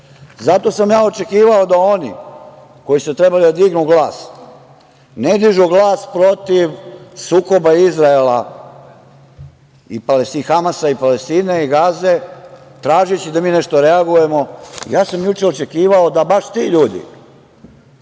sam ja očekivao da oni koji su trebali da dignu glas ne dižu glas protiv sukoba Izraela, Hamasa i Palestine i Gaze tražeći da mi nešto reagujemo, ja sam juče očekivao da baš ti ljudi